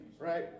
right